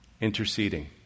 interceding